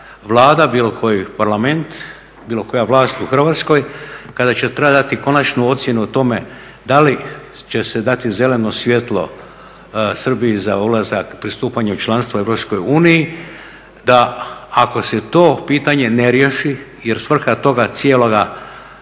bilo koji Parlament, bilo koja vlast u Hrvatskoj, kada će trebat dati konačnu ocjenu o tome da li će se dati zeleno svjetlo Srbiji za ulazak pristupanje u članstvo EU da ako se to pitanje ne riješi, jer svrha toga cijeloga